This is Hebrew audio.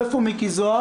איפה מיקי זוהר?